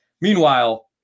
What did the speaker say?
Meanwhile